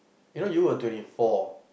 you know you were twenty four